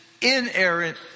Inerrant